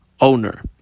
owner